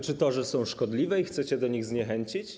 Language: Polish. Czy to, że są szkodliwe i chcecie do nich zniechęcić?